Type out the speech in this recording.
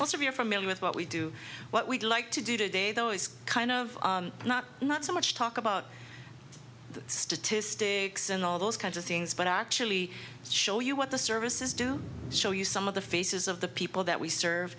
us or you're familiar with what we do what we'd like to do today though is kind of not not so much talk about the statistics and all those kinds of things but i actually show you what the services do show you some of the faces of the people that we serve